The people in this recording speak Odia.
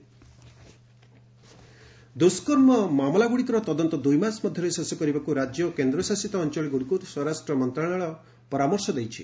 ସ୍ୱରାଷ୍ଟ୍ର ମନ୍ତ୍ରଣାଳୟ ଦୁଷ୍କର୍ମ ମାମଲାଗୁଡ଼ିକର ତଦନ୍ତ ଦୁଇମାସ ମଧ୍ୟରେ ଶେଷ କରିବାକୁ ରାଜ୍ୟ ଓ କେନ୍ଦ୍ରଶାସିତ ଅଞ୍ଚଳଗୁଡ଼ିକୁ ସ୍ୱରାଷ୍ଟ୍ର ମନ୍ତ୍ରଣାଳୟ ପରାମର୍ଶ ଦେଇଛି